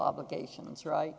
obligations right